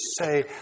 say